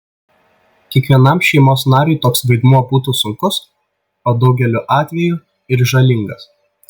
kiekvienam šeimos nariui toks vaidmuo būtų sunkus o daugeliu atvejų ir žalingas